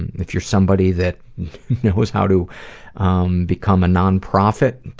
and if you're somebody that knows how to um become a non-profit,